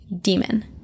demon